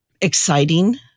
exciting